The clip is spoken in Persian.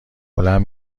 بلند